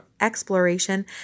exploration